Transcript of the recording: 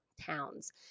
towns